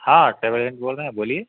हाँ बोल रहे हैं बोलिये